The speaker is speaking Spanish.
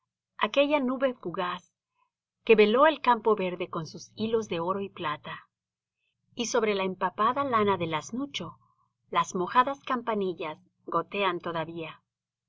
ha llovido aquella nube fugaz que veló el campo verde con sus hilos de oro y plata y sobre la empapada lana del asnucho las mojadas campanillas gotean todavía